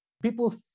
People